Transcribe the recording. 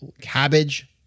cabbage